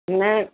न